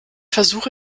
versuche